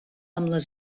amb